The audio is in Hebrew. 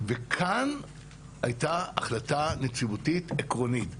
וכאן הייתה החלטה נציבותית עקרונית.